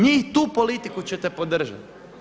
Njih, tu politiku ćete podržati.